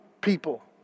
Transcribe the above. people